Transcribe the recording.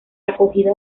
acogida